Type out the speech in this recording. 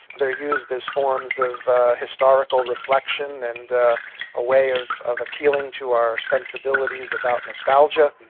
they are used as forms of historical reflection and a way of of appealing to our sensibilities about nostalgia.